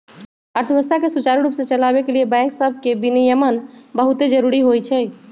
अर्थव्यवस्था के सुचारू रूप से चलाबे के लिए बैंक सभके विनियमन बहुते जरूरी होइ छइ